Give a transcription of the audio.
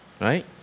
Right